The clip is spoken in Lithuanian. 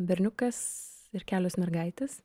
berniukas ir kelios mergaitės